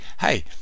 hey